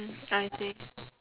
I see